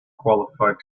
qualified